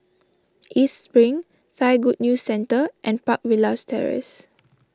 East Spring Thai Good News Centre and Park Villas Terrace